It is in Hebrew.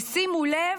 ושימו לב,